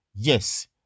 Yes